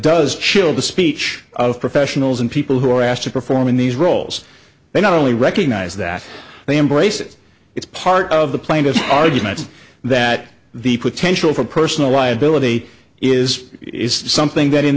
does chill the speech of professionals and people who are asked to perform in these roles they not only recognize that they embrace it it's part of the plane of arguments that the potential for personal liability is something that in